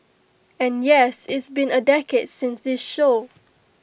and yes it's been A decade since this show